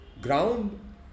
ground